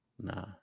nah